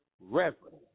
reverend